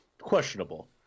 questionable